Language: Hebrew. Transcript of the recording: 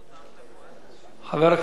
חבר הכנסת גאלב מג'אדלה,